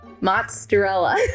mozzarella